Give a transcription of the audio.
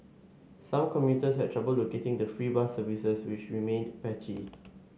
some commuters had trouble locating the free bus services which remained patchy